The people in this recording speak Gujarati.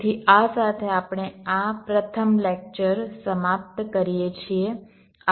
તેથી આ સાથે આપણે આ પ્રથમ લેક્ચર સમાપ્ત કરીએ છીએ